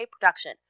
production